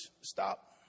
stop